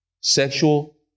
sexual